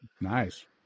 nice